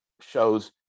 shows